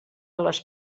les